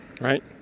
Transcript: right